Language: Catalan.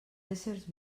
éssers